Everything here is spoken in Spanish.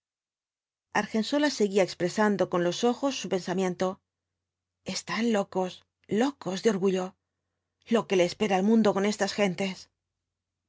cañonazos argensola seguía expresando con los ojos su pensamiento están locos locos de orgullo lo que le espera al mundo con estas gentes